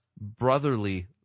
brotherly